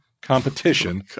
competition